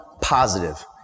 positive